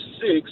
six